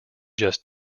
just